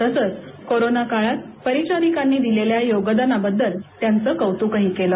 तसंच कोरोना कलात परिचारिका नी दिलेल्या योगदाना बद्दल त्यांच कौतुक केल